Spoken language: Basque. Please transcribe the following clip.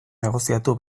negoziatu